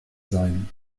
sein